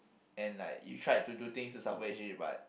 and like you tried to do things to salvage it but